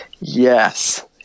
yes